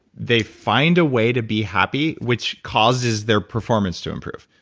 they find a way to be happy which causes their performance to improve,